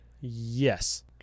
Yes